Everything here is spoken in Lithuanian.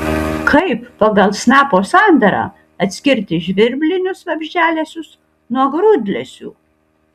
kaip pagal snapo sandarą atskirti žvirblinius vabzdžialesius nuo grūdlesių